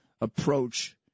approach